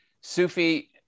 Sufi